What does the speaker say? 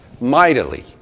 mightily